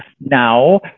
now